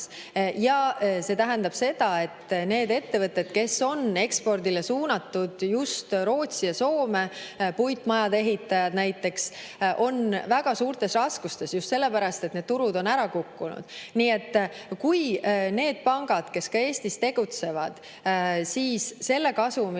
ja see tähendab seda, et need ettevõtted, kes on ekspordi suunanud just Rootsi ja Soome, näiteks puitmajade ehitajad, on väga suurtes raskustes just sellepärast, et turud on ära kukkunud. Nii et kui need pangad, kes ka Eestis tegutsevad, selle kasumiga, mis